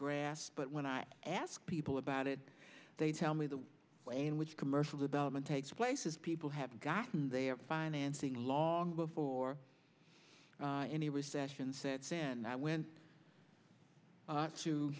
grass but when i ask people about it they tell me the way in which commercial development takes place is people have gotten their financing long before any recession said sam and i went to